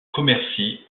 commercy